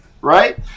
right